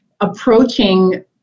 approaching